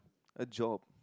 a job